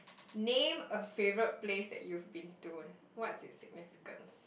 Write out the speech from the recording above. name a favourite place that you've been to what's its significance